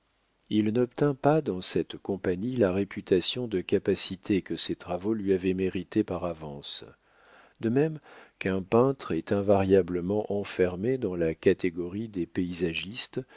il n'obtint pas dans cette compagnie la réputation de capacité que ses travaux lui avaient méritée par avance de même qu'un peintre est invariablement enfermé dans la catégorie des paysagistes